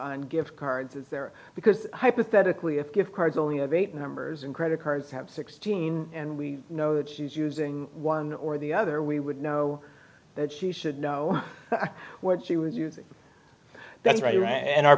on gift cards there because hypothetically if gift cards only have eight numbers and credit cards have sixteen and we know that she was using one or the other we would know that she should know where she was that's right and our